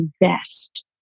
invest